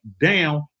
down